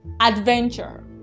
adventure